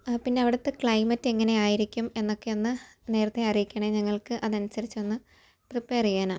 ആ പിന്നെ അവിടുത്തെ ക്ലെയിമറ്റ് എങ്ങനെയായിരിക്കും എന്നൊക്കെ ഒന്ന് നേരത്തെ അറിയിക്കണം ഞങ്ങൾക്ക് അതിനനുസരിച്ച് ഒന്ന് പ്രിപ്പേർ ചെയ്യാനാണ്